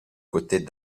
côtés